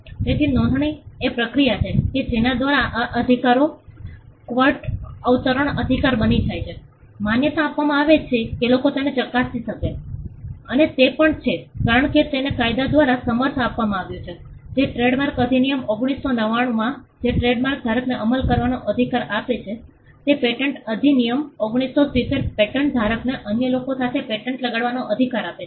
તેથી નોંધણી એ પ્રક્રિયા છે કે જેના દ્વારા આ અધિકારો ક્વોટ અવતરણ અધિકારી બની જાય છે માન્યતા આપવામાં આવે છે કે લોકો તેને ચકાસી શકે છે અને તે પણ છે કારણ કે તેને કાયદા દ્વારા સમર્થન આપવામાં આવ્યું છે જે ટ્રેડમાર્ક અધિનિયમ 1999 જે ટ્રેડમાર્ક ધારકને અમલ કરવાનો અધિકાર આપે છે તે પેટન્ટ અધિનિયમ 1970 પેટન્ટ ધારકને અન્ય લોકો સામે પેટન્ટ લગાડવાનો અધિકાર આપે છે